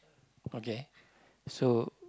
okay so